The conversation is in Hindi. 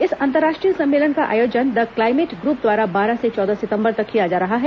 इस अंतर्राष्ट्रीय सम्मेलन का आयोजन द क्लाईमेट ग्रप द्वारा बारह से चौदह सितंबर तक किया जा रहा है